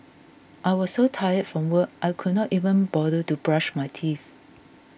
I was so tired from work I could not even bother to brush my teeth